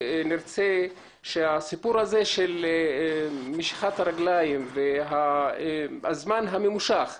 ונרצה שהסיפור הזה של משיכת רגליים והזמן הממושך,